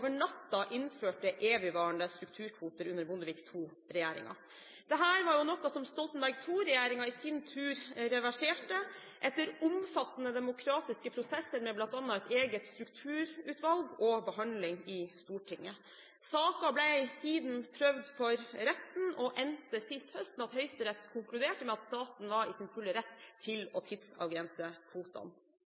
innførte evigvarende strukturkvoter under Bondevik II-regjeringen. Dette var noe som Stoltenberg II-regjeringen i sin tur reverserte etter omfattende demokratiske prosesser med bl.a. et eget strukturutvalg og behandling i Stortinget. Saken ble siden prøvd for retten og endte sist høst med at Høyesterett konkluderte med at staten var i sin fulle rett til å tidsavgrense kvotene.